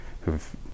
who've